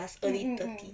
mm mm mm